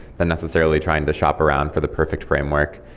than necessarily trying to shop around for the perfect framework.